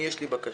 יש לי בקשה.